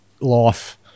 life